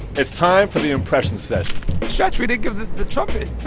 it's time for the impression session stretch, we didn't give the the trumpet